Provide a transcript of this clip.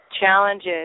challenges